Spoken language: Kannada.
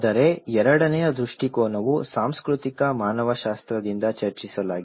ಆದರೆ ಎರಡನೆಯ ದೃಷ್ಟಿಕೋನವು ಸಾಂಸ್ಕೃತಿಕ ಮಾನವಶಾಸ್ತ್ರದಿಂದ ಚರ್ಚಿಸಲಾಗಿದೆ